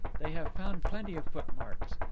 they have found plenty of footmarks.